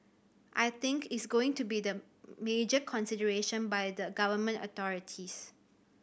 I think is going to be the major consideration by the Government authorities